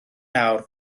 nawr